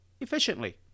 efficiently